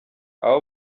aba